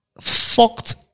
fucked